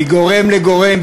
מגורם לגורם,